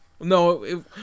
No